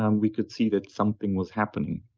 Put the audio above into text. um we could see that something was happening.